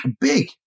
big